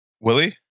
Willie